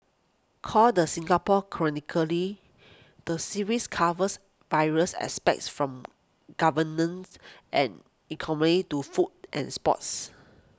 called the Singapore chronically the series covers various aspects from governance and economy to food and sports